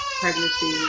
pregnancy